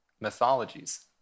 mythologies